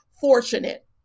fortunate